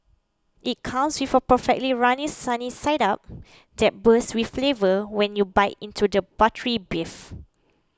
it comes with a perfectly runny sunny side up that bursts with flavour when you bite into the buttery beef